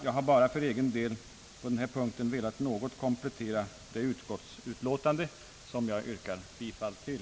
Jag har bara för egen del på denna punkt velat något komplettera det utskottsutlåtande som jag yrkar bifall till.